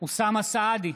אוסאמה סעדי,